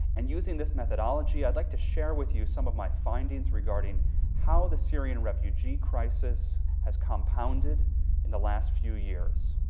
and using this methodology i would like to share with you some of my findings regarding how the syrian refugee crisis has compounded in the last few years